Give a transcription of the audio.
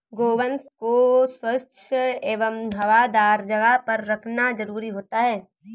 गोवंश को स्वच्छ एवं हवादार जगह पर रखना जरूरी रहता है